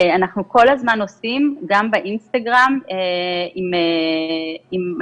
אנחנו כל הזמן עושים, גם באינסטגרם, עם משפיענים